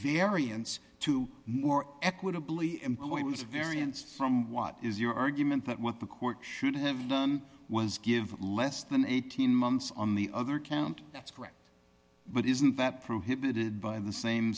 variance to more equitably employment or variance from what is your argument that what the court should have was give less than eighteen months on the other count that's correct but isn't that prohibited by the same